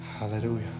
Hallelujah